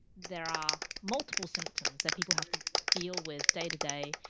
there are multiple symptoms that people have to deal with day to day,